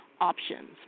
options